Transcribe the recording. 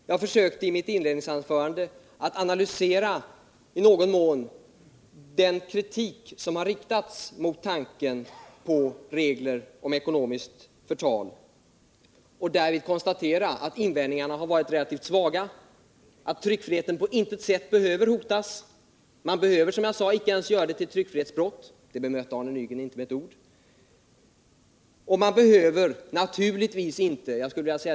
Jag försökte i mitt inledningsanförande att i någon mån analysera den kritik som har riktats mot tanken på regler om ansvar för ekonomiskt förtal och konstaterade därvid att invändningarna har varit relativt svaga, att tryckfriheten på intet sätt behöver hotas. Man behöver, som jag sade, inte ens göra ekonomiskt förtal till ett tryckfrihetsbrott. Det bemötte Arne Nygren inte med ett ord.